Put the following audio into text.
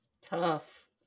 Tough